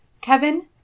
Kevin